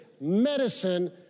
medicine